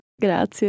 Grazie